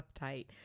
uptight